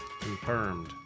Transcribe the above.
confirmed